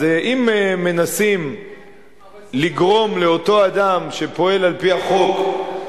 אז אם מנסים לגרום לאותו אדם שפועל על-פי החוק,